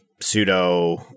pseudo